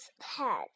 head